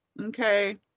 okay